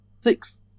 six